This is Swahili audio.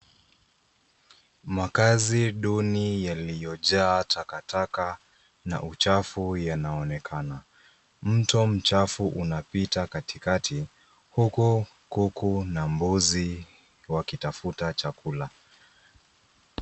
Makaazi duni yaliyojaa takataka na uchafu yanaonekana. Mto mchafu unapita katikati huku kuku na mbuzi wakitafuta chakula.